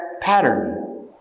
pattern